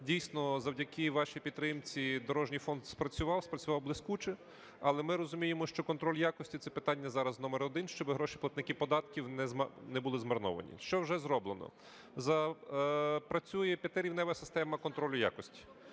Дійсно, завдяки вашій підтримці дорожній фонд спрацював, спрацював блискуче. Але ми розуміємо, що контроль якості – це питання зараз номер 1, щоб гроші платників податків не були змарновані. Що вже зроблено? Запрацює п'ятирівнева система контролю якості